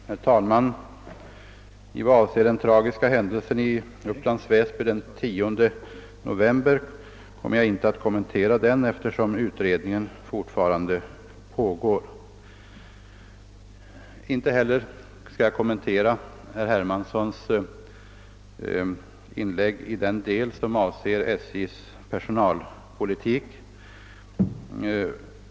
Herr talman! Jag skall inte kommentera den tragiska händelsen i Upplands Väsby den 10 november, eftersom utredningen härom fortfarande pågår. Inte heller skall jag kommentera herr Hermanssons inlägg i den del som avser SJ:s personalpolitik.